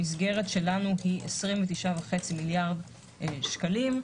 המסגרת שלנו היא 29.5 מיליארד שקלים,